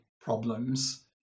problems